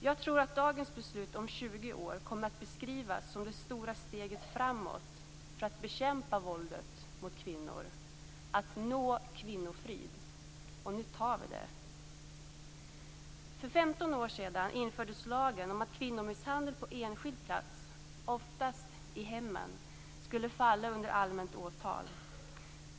Jag tror att dagens beslut om 20 år kommer att beskrivas som det stora steget framåt för att bekämpa våldet mot kvinnor och för att nå kvinnofrid. Nu tar vi det. För 15 år sedan infördes lagen om att kvinnomisshandel på enskild plats, oftast i hemmen, skulle falla under allmänt åtal.